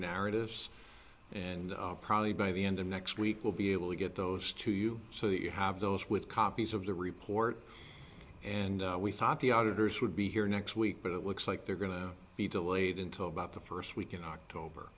narratives and probably by the end of next week we'll be able to get those to you so you have those with copies of the report and we thought the auditors would be here next week but it looks like they're going to be delayed until about the first week in october